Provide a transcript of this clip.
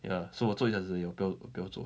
ya so 我做时有个 girl